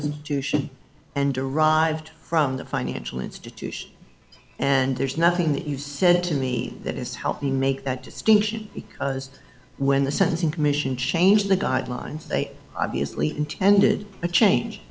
institution and derived from the financial institution and there's nothing that you've said to me that has helped me make that distinction because when the sentencing commission changed the guidelines they obviously intended to change